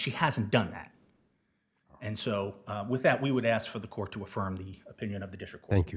she hasn't done that and so with that we would ask for the court to affirm the opinion of the district